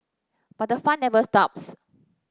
but the fun never stops